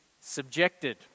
subjected